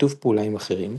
שיתוף פעולה עם אחרים,